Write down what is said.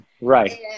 Right